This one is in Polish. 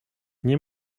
nie